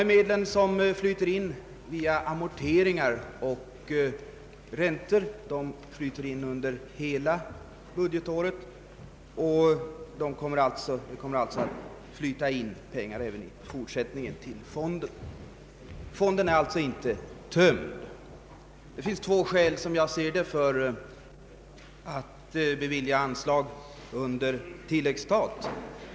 De medel som flyter in som amorteringar och räntor inkommer under hela budgetåret, och det kommer alltså även under fortsätttningen av detta budgetår in pengar. Pengarna är således inte slut. Som jag ser det finns det två skäl till att bevilja anslag under tilläggsstat.